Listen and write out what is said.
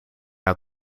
out